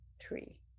three